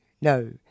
No